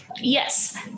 Yes